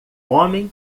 homem